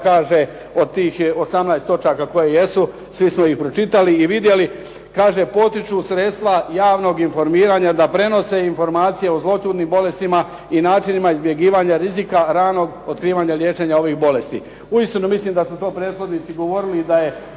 kaže od tih 18 točaka koje jesu svi smo ih pročitali i vidjeli kaže „Potiču sredstva javnog informiranja da prenose informacije o zloćudnim bolestima i načinima izbjegavanja rizika ranog otkrivanja liječenja ovih bolesti“. Uistinu mislim da su to prethodnici govorili i da je